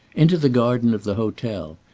into the garden of the hotel,